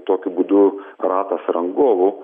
tokiu būdu ratas rangovų